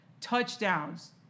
touchdowns